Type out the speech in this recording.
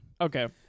Okay